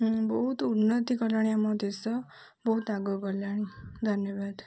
ବହୁତ ଉନ୍ନତି କଲାଣି ଆମ ଦେଶ ବହୁତ ଆଗକୁ ଗଲାଣି ଧନ୍ୟବାଦ